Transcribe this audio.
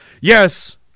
Yes